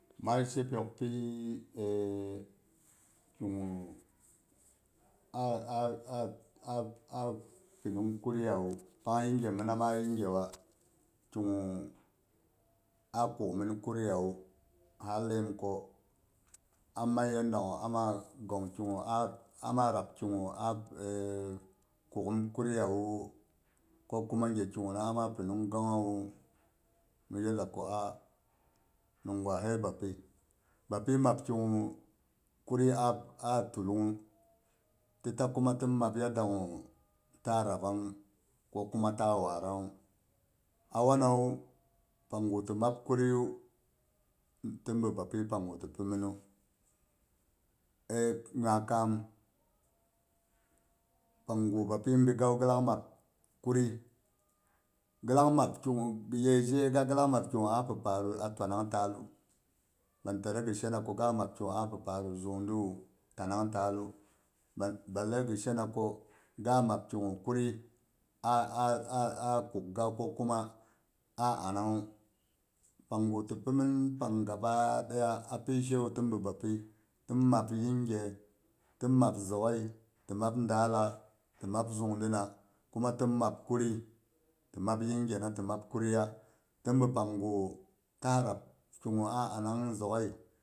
Ma shi pyok pi ki gu a, a, a pinung kunya wu mina ma yinge wa ki gu to a kuk min kuri ya wu ha laiyim ko amman yanda gu amma gong ki gu a amma rab kigua kukhim kuriya wu? Ko kuma ge kigu na ama pinkg gonghawu? Mi je za ku aa, nimgwa sai bapi, bapi mab kigu kuri a a tullanghu ti ta kuma tin mab yadda gu taa rabbang hu ko kuma taa waranghu. Awanawu pangu ti mab kuriyu tin bi bapi pangu ti pi minnu eh nuway kam pangu bapi be gawu ghi lak mab kuriy ghi lak mab ki gu yai ji ga ghi lak mab ki gu a pi paru a twanang taallu bantale ghi shena ku ga mab ki gu a zungdiwu tanang taalu balli ghi shenako ga mab ki gu kuri a. a kuk ga ko kuma a anang hu pangu ti pi mhin pang, gaba ɗaya pishewu tin bi bapi tin mab yinge tin mab zoghai, ti mab əaala ti mab zungolina kuma tin mab kuri ti mab yinge na ti mab kuriya tin bi pang gu ta rab ki gu a anang zoghai